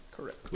correct